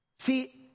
See